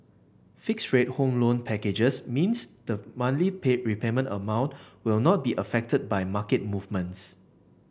fixed rate home loan packages means the monthly pay repayment amount will not be affected by market movements